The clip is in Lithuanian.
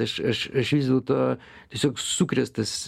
aš aš aš vis dėlto tiesiog sukrėstas